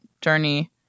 journey